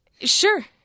Sure